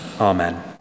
Amen